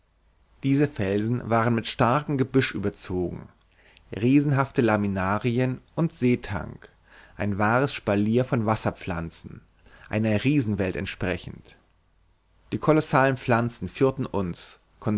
diese felsen waren mit starkem gebüsch überzogen riesenhafte laminarien und seetang ein wahres spalier von wasserpflanzen einer riesenwelt entsprechend die kolossalen pflanzen führten uns